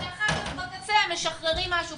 ואחר כך בקצה הם משחררים משהו בקצה.